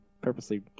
purposely